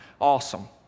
awesome